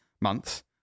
Months